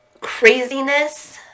craziness